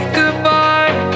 goodbye